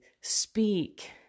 speak